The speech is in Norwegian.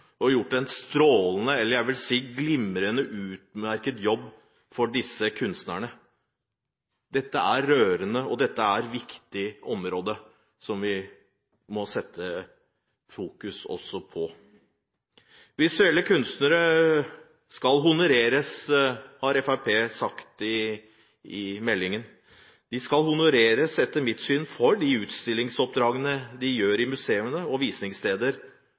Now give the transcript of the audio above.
gjort en strålende – jeg vil si glimrende og utmerket – jobb for disse kunstnerne. Dette er rørende, og det er et viktig område som vi må sette fokus på. Visuelle kunstnere skal honoreres, har Fremskrittspartiet sagt i innstillingen. De skal etter mitt syn honoreres for utstillingsoppdrag på museer og visningssteder, og spesielt der museene